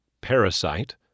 Parasite